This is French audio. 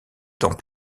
dans